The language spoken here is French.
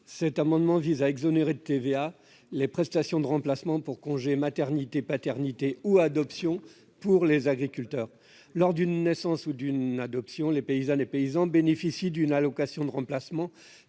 Cet amendement vise à exonérer de TVA les prestations de remplacement pour congés maternité, paternité ou adoption des agriculteurs. Lors d'une naissance ou d'une adoption, les paysans bénéficient d'une allocation de remplacement